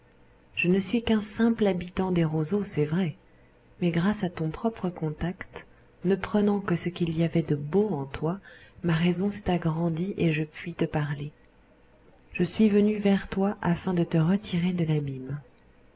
je ne suis qu'un simple habitant des roseaux c'est vrai mais grâce à ton propre contact ne prenant que ce qu'il y avait de beau en toi ma raison s'est agrandie et je puis te parler je suis venu vers toi afin de te retirer de l'abîme